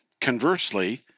Conversely